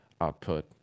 output